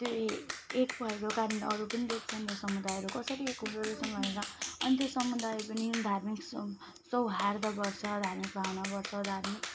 त्यो ए एक भएको कारणले अरू पनि देख्छन् यो समुदायहरू कसरी एक हुँदो रहेछन् भनेर अनि त्यो समुदाय पनि धार्मिक सौहार्द गर्छ धर्मिक भावना गर्छ धार्मिक